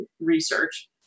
research